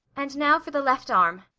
and now for the left arm.